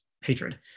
hatred